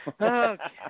Okay